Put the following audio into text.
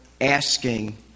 asking